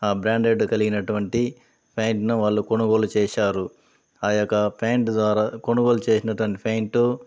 branded కలిగినటువంటి ప్యాంట్ను వాళ్ళు కొనుగోలు చేశారు ఆ యొక్క ప్యాంటు ద్వారా కొనుగోలు చేసిన దాన్ని ప్యాంటు